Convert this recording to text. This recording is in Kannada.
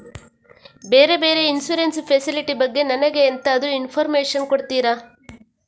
ಬೇರೆ ಬೇರೆ ಇನ್ಸೂರೆನ್ಸ್ ಫೆಸಿಲಿಟಿ ಬಗ್ಗೆ ನನಗೆ ಎಂತಾದ್ರೂ ಇನ್ಫೋರ್ಮೇಷನ್ ಕೊಡ್ತೀರಾ?